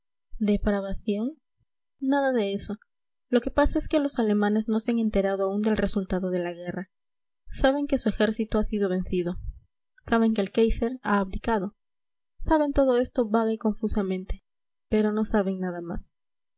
depravación nada de eso lo que pasa es que los alemanes no se han enterado aún del resultado de la guerra saben que su ejército ha sido vencido saben que el káiser ha abdicado saben todo esto vaga y confusamente pero no saben nada más